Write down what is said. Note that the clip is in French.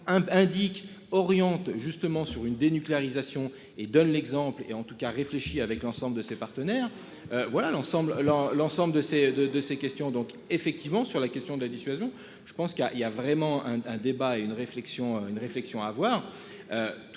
Indique orientent justement sur une dénucléarisation et donne l'exemple et en tout cas réfléchi avec l'ensemble de ses partenaires. Voilà l'ensemble, l'ensemble de ces deux de ces questions. Donc effectivement sur la question de la dissuasion. Je pense qu'il y a il y a vraiment un, un débat et une réflexion, une